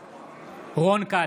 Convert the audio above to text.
בעד רון כץ,